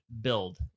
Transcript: build